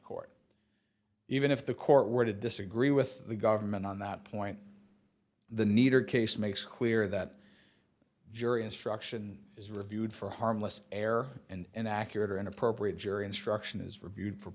court even if the court were to disagree with the government on that point the need or case makes clear that jury instruction is reviewed for harmless error and accurate or inappropriate jury instruction is reviewed for